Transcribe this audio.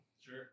Sure